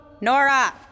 Nora